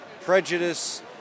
prejudice